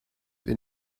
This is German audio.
wir